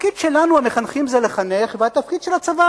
התפקיד שלנו המחנכים זה לחנך והתפקיד של הצבא